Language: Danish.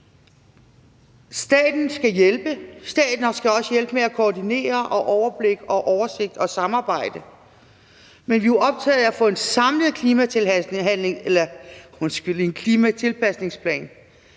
Staten skal også hjælpe med at koordinere, få overblik og oversigt og i forhold til samarbejde. Men vi er jo optaget af at få en samlet klimatilpasningsplan,